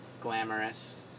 glamorous